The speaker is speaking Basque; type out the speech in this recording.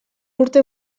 urte